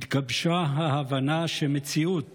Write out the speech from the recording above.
התגבשה ההבנה שמציאות